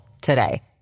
today